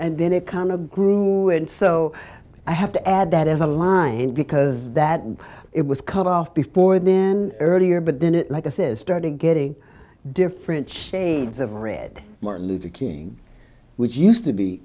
and then it kind of grew and so i have to add that as a line because that it was cut off before then earlier but then it like if this started getting different shades of red martin luther king which used to be